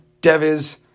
Devis